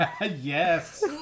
Yes